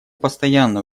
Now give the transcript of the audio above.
постоянное